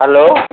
hello